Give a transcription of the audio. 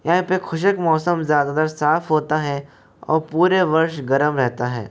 यहाँ पे खुशक मौसम ज़्यादातर साफ होता है और पूरे वर्ष गरम रहता है